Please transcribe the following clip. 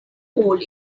cold